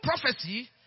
prophecy